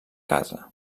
casa